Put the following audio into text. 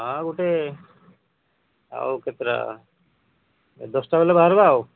ହଁ ଗୋଟେ ଆଉ କେତେଟା ଦଶଟା ବେଲେ ବାହାରିବା ଆଉ